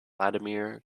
vladimir